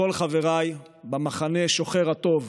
לכל חבריי במחנה שוחר הטוב